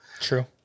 True